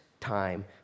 time